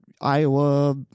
iowa